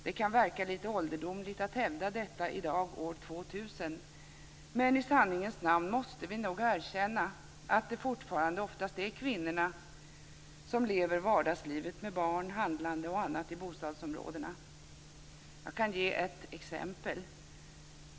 Det kan verka lite ålderdomligt att hävda detta i dag år 2000, men i sanningens namn måste vi nog erkänna att det fortfarande oftast är kvinnorna som lever vardagslivet med barn, handlande och annat i bostadsområdena. Jag kan ge ett exempel.